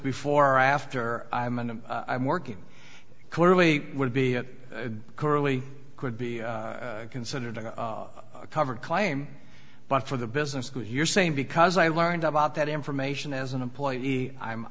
before or after i'm and i'm working clearly would be an early could be considered covered claim by from the business who you're saying because i learned about that information as an employee i'm